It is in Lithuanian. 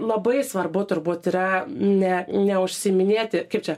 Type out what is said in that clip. labai svarbu turbūt yra ne ne užsiiminėti kaip čia